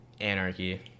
Anarchy